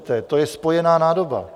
To je spojená nádoba.